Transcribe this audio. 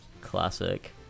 Classic